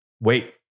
Wait